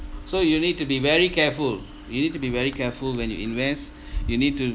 so you need to be very careful you need to be very careful when you invest you need to